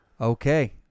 Okay